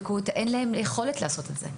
אין להם את היכולת לעשות את זה.